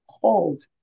called